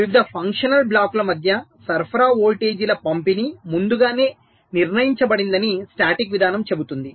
వివిధ ఫంక్షనల్ బ్లాకుల మధ్య సరఫరా వోల్టేజీల పంపిణీ ముందుగానే నిర్ణయించబడిందని స్టాటిక్ విధానం చెబుతుంది